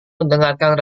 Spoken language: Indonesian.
mendengarkan